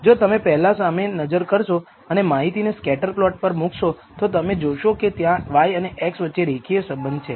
જો તમે પહેલાં સામે નજર કરશો અને માહિતીને સ્કેટર પ્લોટ પર મૂકશો તો તમે જોશો કે ત્યાં y અને x વચ્ચે રેખીય સંબંધ છે